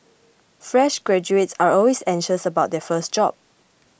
fresh graduates are always anxious about their first job